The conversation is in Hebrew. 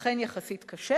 אכן יחסית קשה.